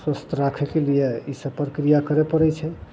स्वस्थ राखयके लिये ईसब प्रक्रिया करय पड़य छै